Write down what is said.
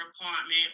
apartment